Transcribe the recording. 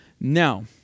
Now